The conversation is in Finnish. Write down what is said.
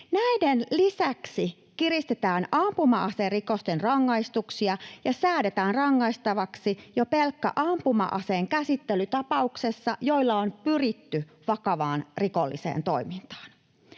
Näiden lisäksi kiristetään ampuma-aserikosten rangaistuksia ja säädetään rangaistavaksi jo pelkkä ampuma-aseen käsittely tapauksissa, joissa on pyritty vakavaan rikolliseen toimintaan.